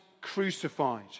crucified